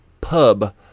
pub